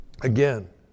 again